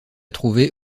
trouver